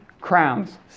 crowns